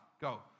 Go